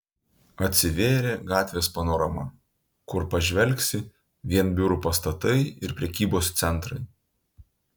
atsivėrė gatvės panorama kur pažvelgsi vien biurų pastatai ir prekybos centrai